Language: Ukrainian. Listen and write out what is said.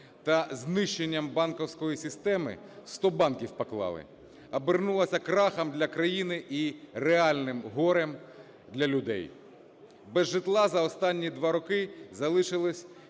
та знищенням банківської системи, 100 банків поклали, обернулося крахом для країни і реальним горем для людей. Без житла за останній 2 роки залишилися